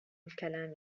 الكلام